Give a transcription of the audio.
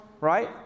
Right